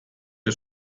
der